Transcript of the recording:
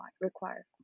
require